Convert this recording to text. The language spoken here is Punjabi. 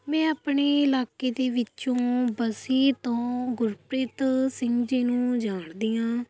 ਮੈਂ ਆਪਣੇ ਇਲਾਕੇ ਦੇ ਵਿੱਚੋਂ ਬਸੀ ਤੋਂ ਗੁਰਪ੍ਰੀਤ ਸਿੰਘ ਜੀ ਨੂੰ ਜਾਣਦੀ ਹਾਂ